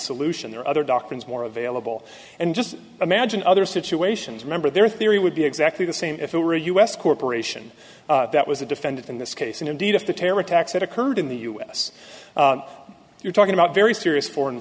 solution there are other doctrines more available and just imagine other situations remember their theory would be exactly the same if it were a u s corporation that was a defendant in this case and indeed if the terror attacks that occurred in the us you're talking about very serious foreign